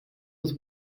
was